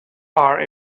are